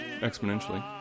exponentially